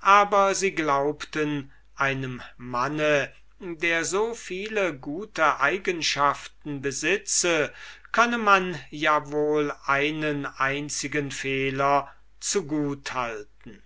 aber sie glaubten daß man einem manne der so viele gute eigenschaften besitze einen einzigen fehler leicht zu gut halten könne